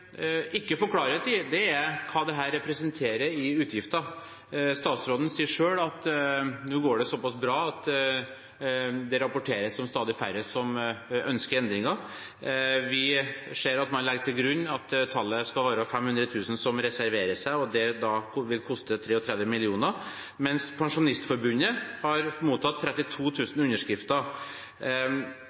ikke får klarhet i, er hva dette representerer i utgifter. Statsråden sier selv at nå går det så pass bra at det rapporteres om stadig færre som ønsker endringer. Vi ser at man legger til grunn at tallet skal være 500 000 som reserverer seg, og at det da vil koste 33 mill. kr. Pensjonistforbundet har mottatt 32 000 underskrifter,